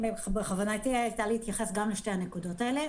בכוונתי היה להתייחס גם לשתי הנקודות האלה.